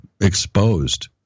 exposed